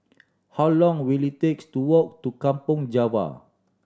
how long will it takes to walk to Kampong Java